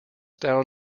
down